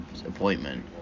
appointment